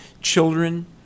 children